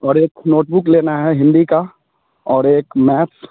और एक नोटबुक लेना है हिंदी का और एक मैथ्स